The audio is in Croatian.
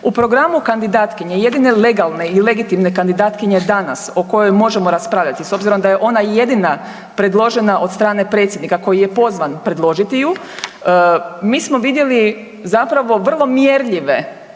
U programu kandidatkinje, jedine legalne i legitimne kandidatkinje danas o kojoj možemo raspravljati s obzirom da je ona i jedina predložena od strane predsjednika koji je pozvan predložiti ju mi smo vidjeli zapravo vrlo mjerljive,